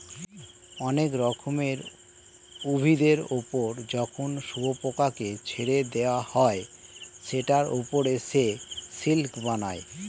অনেক রকমের উভিদের ওপর যখন শুয়োপোকাকে ছেড়ে দেওয়া হয় সেটার ওপর সে সিল্ক বানায়